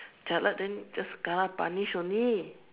jialat then just kena punish only